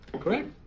Correct